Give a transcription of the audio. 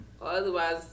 Otherwise